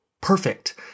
perfect